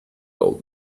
old